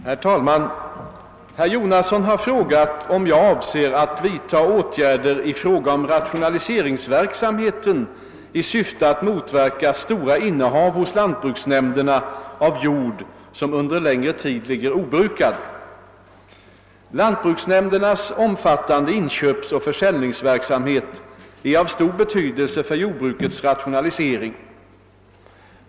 Herr talman! Herr Jonasson har frågat om jag avser att vidta åtgärder i fråga om rationaliseringsverksamheten i syfte att motverka stora innehav hos lantbruksnämnderna av jord, som under längre tid ligger obrukad. Lantbruksnämndernas omfattande inköpsoch försäljningsverksamhet är av stor betydelse för jordbrukets rationalisering.